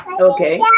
Okay